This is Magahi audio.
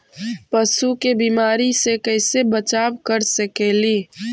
पशु के बीमारी से कैसे बचाब कर सेकेली?